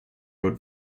road